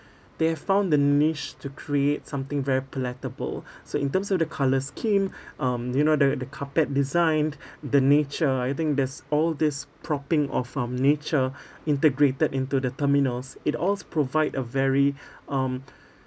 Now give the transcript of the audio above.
they have found the niche to create something very palatable so in terms of the colour scheme um you know the the carpet design the nature I think there's all this propping of um nature integrated into the terminals it all s~ provide a very um